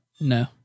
No